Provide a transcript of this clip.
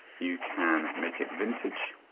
you can make it vintage,